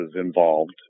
involved